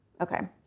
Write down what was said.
okay